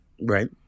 Right